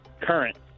Current